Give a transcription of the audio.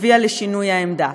הביאה לשינוי העמדה.